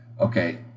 okay